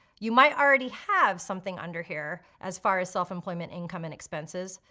you might already have something under here as far as self-employment income and expenses,